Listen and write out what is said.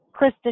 krista